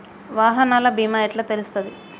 వాహనాల బీమా ఎట్ల తెలుస్తది?